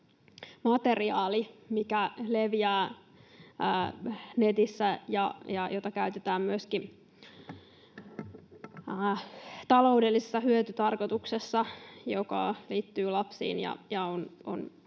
materiaali, mikä leviää netissä ja jota käytetään myöskin taloudellisessa hyötytarkoituksessa ja joka liittyy lapsiin ja on